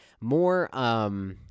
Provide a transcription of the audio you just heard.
more